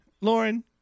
Lauren